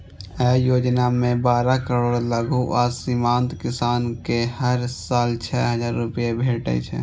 अय योजना मे बारह करोड़ लघु आ सीमांत किसान कें हर साल छह हजार रुपैया भेटै छै